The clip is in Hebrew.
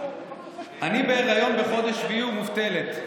אני בהיריון בחודש שביעי ומובטלת.